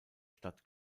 stadt